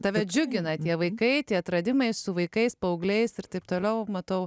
tave džiugina tie vaikai tie atradimai su vaikais paaugliais ir taip toliau matau